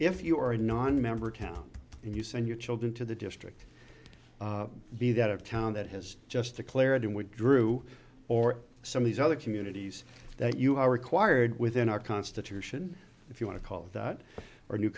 if you are a nonmember town and you send your children to the district be that a town that has just declared him with drew or some of these other communities that you are required within our constitution if you want to call it that or new